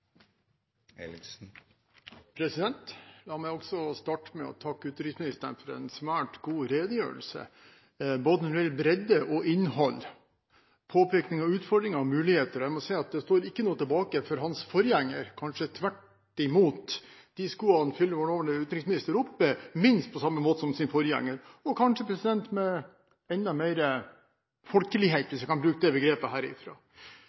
La meg også starte med å takke utenriksministeren for en svært god redegjørelse, både når det gjelder bredde og innhold, og når det gjelder påpekning av utfordringer og muligheter, og jeg må si at det står ikke noe tilbake for hans forgjenger. Kanskje tvert imot: De skoene fyller vår nåværende utenriksministeren minst på samme måte som sin forgjenger, og kanskje med enda